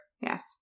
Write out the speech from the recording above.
Yes